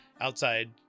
outside